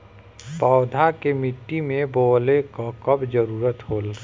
पौधा के मिट्टी में बोवले क कब जरूरत होला